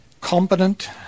competent